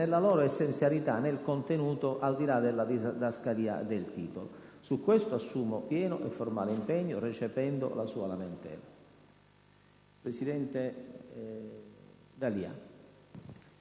nella loro essenzialità, nel contenuto, al di là della didascalia e del titolo. Su questo, assumo pieno e formale impegno, recependo la sua lamentela.